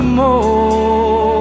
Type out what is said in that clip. more